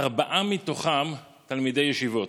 ארבעה מתוכם תלמידי ישיבות.